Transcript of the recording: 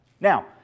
Now